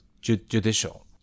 judicial